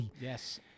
yes